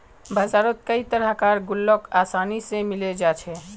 बजारत कई तरह कार गुल्लक आसानी से मिले जा छे